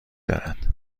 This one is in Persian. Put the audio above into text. دارد